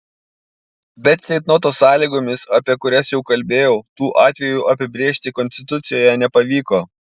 bet ceitnoto sąlygomis apie kurias jau kalbėjau tų atvejų apibrėžti konstitucijoje nepavyko